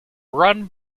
run